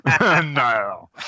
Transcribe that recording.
No